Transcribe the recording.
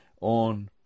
on